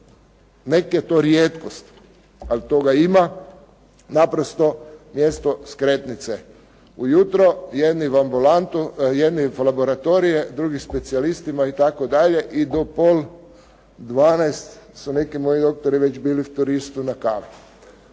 nek je to rijetkost ali toga ima, naprosto mjesto skretnice. U jutro jedni v ambulantu, jedni v laboratorije, drugi specijalistima itd. i do pol dvanaest su neki moji doktori već bili v "Turistu" na kavi.